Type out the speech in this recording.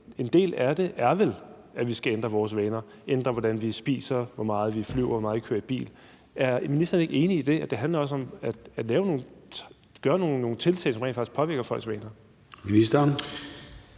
En del af det er vel, at vi skal ændre vores vaner, ændre, hvordan vi spiser, hvor meget vi flyver, hvor meget vi kører i bil. Er ministeren ikke enig i det? Det handler også om at lave nogle tiltag, som rent faktisk påvirker folks vaner.